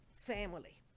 family